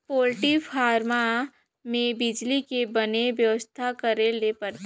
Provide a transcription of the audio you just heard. poultry farm में बिजली के बने बेवस्था करे ले परथे